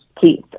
Keith